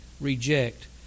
reject